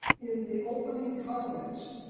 in the opening comments,